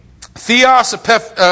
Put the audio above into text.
Theos